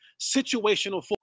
situational